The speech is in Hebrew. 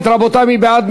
קריאה טרומית, מי בעד?